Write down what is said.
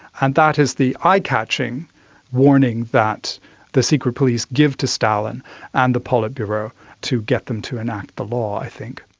and that is the eye-catching warning that the secret police give to stalin and the politburo to get them to enact the law i think.